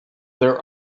their